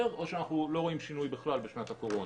או שאנחנו לא רואים שינוי בכלל בשנת הקורונה,